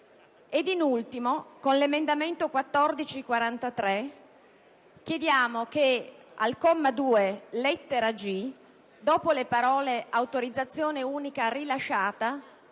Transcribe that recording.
In ultimo, con l'emendamento 14.43 chiediamo che al comma 2, lettera *g)*, dopo le parole: "autorizzazione unica rilasciata"